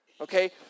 Okay